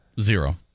Zero